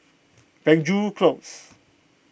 Penjuru Close